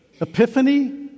Epiphany